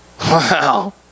Wow